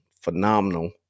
phenomenal